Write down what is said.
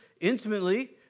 intimately